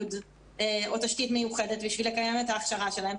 ציוד או תשתית מיוחדת בשביל לקיים את ההכשרה שלהם,